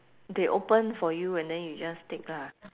they open for you and then you just take lah